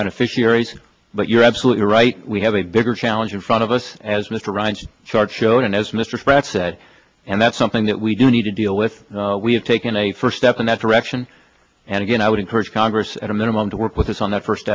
beneficiaries but you're absolutely right we have a bigger challenge in front of us as mr ryan's chart showed and as mr spratt said and that's something that we do need to deal with we have taken a first step in that direction and again i would encourage congress at a minimum to work with us on that first